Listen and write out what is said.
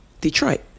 Detroit